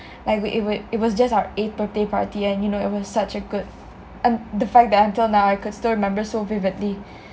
like we it w~ it was just our eighth birthday party and you know it was such a good the fact that until now I could still remember so vividly